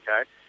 okay